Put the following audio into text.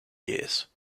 years